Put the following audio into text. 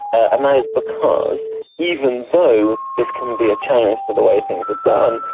and that is because even though this can be a challenge to the way things are done,